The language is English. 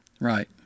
Right